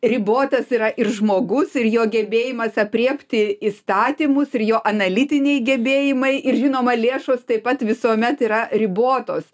ribotas yra ir žmogus ir jo gebėjimas aprėpti įstatymus ir jo analitiniai gebėjimai ir žinoma lėšos taip pat visuomet yra ribotos